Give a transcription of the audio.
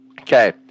Okay